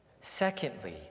Secondly